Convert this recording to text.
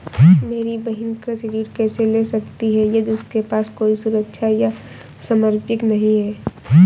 मेरी बहिन कृषि ऋण कैसे ले सकती है यदि उसके पास कोई सुरक्षा या संपार्श्विक नहीं है?